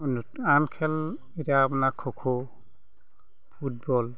নতুন আন খেল এতিয়া আপোনাৰ খো খো ফুটবল